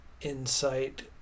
insight